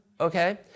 Okay